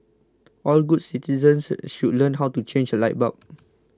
all good citizens should learn how to change a light bulb